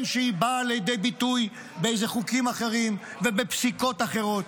שהיא באה לידי ביטוי בחוקים אחרים ובפסיקות אחרות,